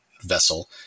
vessel